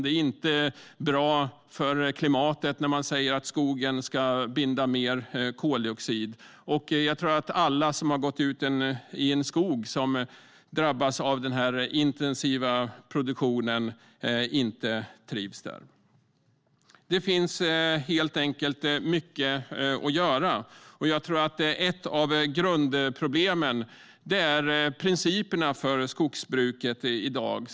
Det är inte bra för klimatet; man säger att skogen ska binda mer koldioxid. Och jag tror inte att någon som har gått ut i en skog som drabbats av den här intensiva produktionen trivs där. Det finns helt enkelt mycket att göra. Jag tror att ett av grundproblemen är principerna för skogsbruket i dag.